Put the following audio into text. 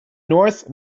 north